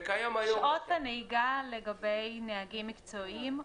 שעות הנהיגה לגבי נהגים מקצועיים,